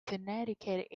connecticut